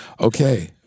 Okay